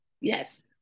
yes